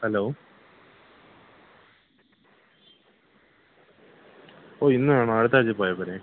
hello ഓ ഇന്നാണോ അടുത്താഴ്ച പോയാൽ പോരെ